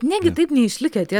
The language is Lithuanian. negi taip neišlikę tie